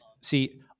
see